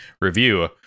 review